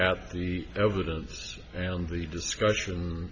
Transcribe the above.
at the evidence and the discussion